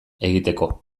egiteko